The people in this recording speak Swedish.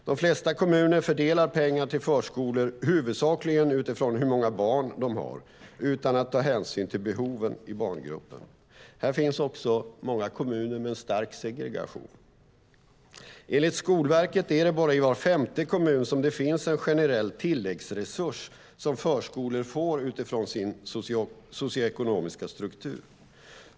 De flesta kommuner fördelar pengar till förskolor huvudsakligen utifrån hur många barn de har, utan att ta hänsyn till behoven i barngruppen. Här finns också många kommuner med en stark segregation. Enligt Skolverket är det bara i var femte kommun det finns en generell tilläggsresurs som förskolor får utifrån sin socioekonomiska struktur.